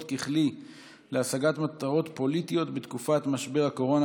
ככלי להשגת מטרות פוליטיות בתקופת משבר הקורונה,